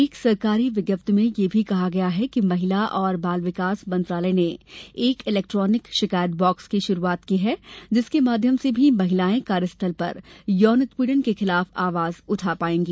एक सरकारी विज्ञप्ति में यह भी कहा गया है कि महिला और बाल विकास मंत्रालय ने एक इलेक्ट्रॉनिक शिकायत बॉक्स की शुरूआत की है जिसके माध्यम से सभी महिलाएं कार्यस्थल पर यौन उत्पीड़न के खिलाफ आवाज उठा पाएंगी